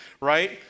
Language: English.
right